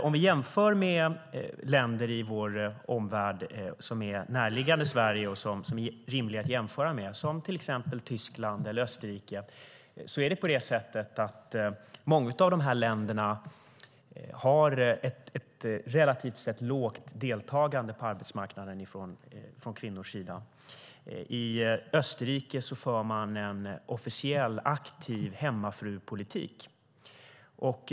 Om vi jämför med länder i vår omvärld som är rimliga att jämföra med, till exempel Tyskland eller Österrike, ser vi att många av dessa länder har ett relativt sett lågt deltagande från kvinnors sida på arbetsmarknaden. I Österrike för man en officiell aktiv hemmafrupolitik.